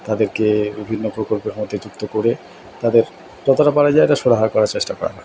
তাদেরকে বিভিন্ন প্রকল্পের মধ্যে যুক্ত করে তাদের যতটা পারা যায় একটা সুরাহা করার চেষ্টা করা